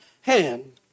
hand